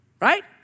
Right